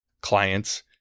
clients